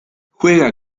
juega